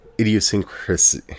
Idiosyncrasy